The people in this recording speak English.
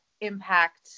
impact